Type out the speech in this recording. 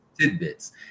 tidbits